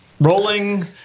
rolling